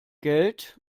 geld